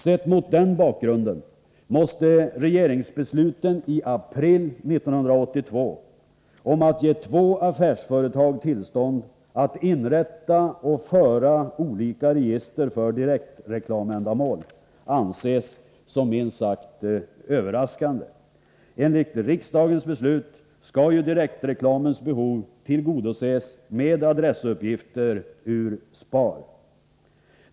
Sedda mot den bakgrunden måste regeringsbesluten i april 1982 om att ge två affärsföretag tillstånd att inrätta och föra olika register för direktreklamändamål anses som minst sagt överraskande. Enligt riksdagens beslut skall ju direktreklamens behov tillgodoses med adressuppgifter ur SPAR.